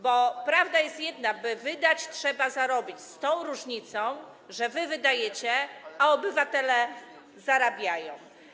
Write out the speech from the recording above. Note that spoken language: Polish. Bo prawda jest jedna: by wydać, trzeba zarobić, z tą różnicą, że wy wydajecie, a obywatele zarabiają.